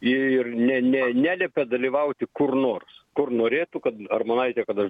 ir ne ne neliepė dalyvauti kur nors kur norėtų kad armonaitė kad aš